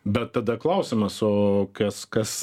bet tada klausimas o kas kas